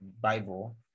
Bible